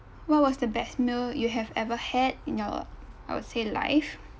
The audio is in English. what was the best meal you have ever had in your I would say life